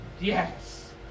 Yes